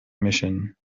mission